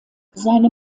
seine